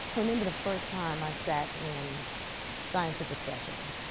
i remember the first time i sat in scientific sessions